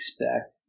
expect